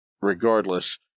regardless